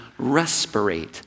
respirate